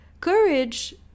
courage